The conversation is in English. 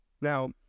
now